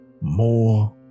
more